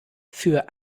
für